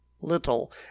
little